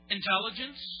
Intelligence